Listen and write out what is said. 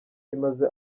kimaze